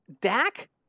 Dak